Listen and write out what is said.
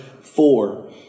four